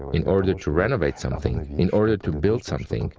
in order to renovate something, in order to build something.